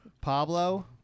Pablo